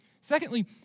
Secondly